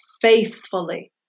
faithfully